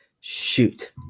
Shoot